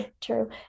true